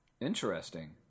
Interesting